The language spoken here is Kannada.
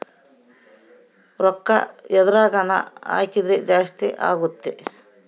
ರೂಕ್ಕ ಎದ್ರಗನ ಹಾಕಿದ್ರ ಜಾಸ್ತಿ ಅಗುತ್ತ